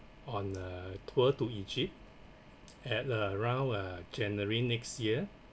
on a tour to egypt at uh around uh january next year